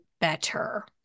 better